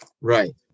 right